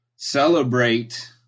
celebrate